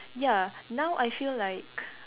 ya now I feel like